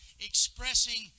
expressing